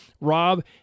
Rob